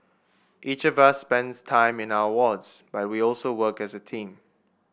each of us spends time in our wards but we also work as a team